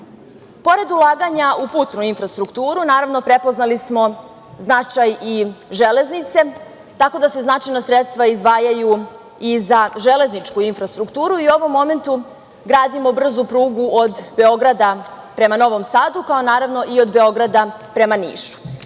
ulaganja u putnu infrastrukturu, naravno, prepoznali smo značaj i železnice, tako da se značajna sredstva izdvajaju i za železničku infrastrukturu. U ovom momentu gradimo brzu prugu od Beograda prema Novom Sadu, kao i naravno i od Beograda prema Nišu.